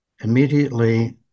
immediately